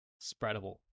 spreadable